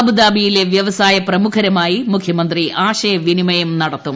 അബുദാബിയിലെ വൃവസായ പ്രമുഖരുമായി മുഖ്യമന്ത്രി ആശയവിനിമയം നടത്തും